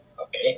Okay